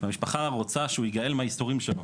והמשפחה רוצה שהוא ייגאל מהייסורים שלו,